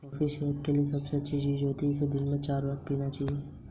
प्रधानमंत्री कृषि सिंचाई योजना में आवेदन कैसे करें?